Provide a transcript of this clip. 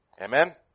Amen